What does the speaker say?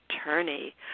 attorney